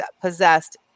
possessed